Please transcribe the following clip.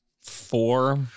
Four